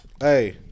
Hey